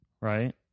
right